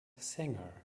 singer